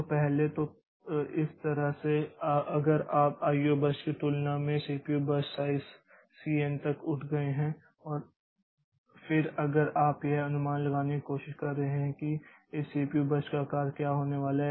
तो पहले तो इस तरह से अगर आप आईओ बर्स्ट की तुलना में इस CPU burst size c n तक उठ गए हैं और फिर अगर आप यह अनुमान लगाने की कोशिश कर रहे हैं कि इस सीपीयू बर्स्ट का आकार क्या होने वाला है